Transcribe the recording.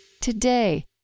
Today